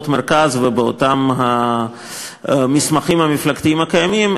מרכז ובאותם המסמכים המפלגתיים הקיימים,